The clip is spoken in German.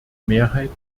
mehrheit